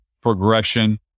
progression